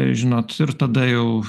žinot ir tada jau